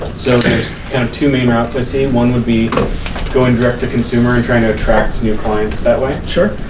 so there's kind of two main routes i see. one would be going direct to consumer and trying to attract new clients that way. sure.